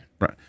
Right